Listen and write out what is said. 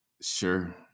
Sure